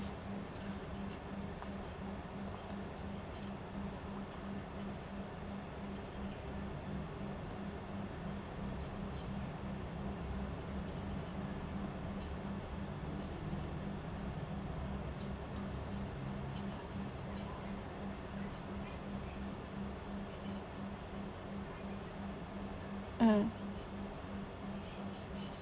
mmhmm